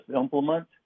implement